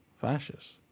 fascists